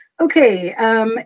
Okay